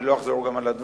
אני לא אחזור על הדברים.